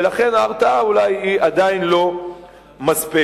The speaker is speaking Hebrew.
ולכן ההרתעה אולי עדיין לא מספקת.